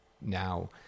now